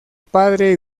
padre